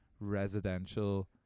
residential